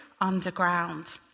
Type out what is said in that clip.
underground